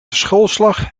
schoolslag